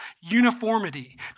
uniformity